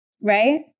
right